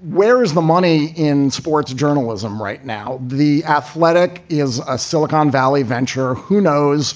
where is the money in sports journalism right now? the athletic is a silicon valley venture. who knows?